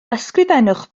ysgrifennwch